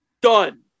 Done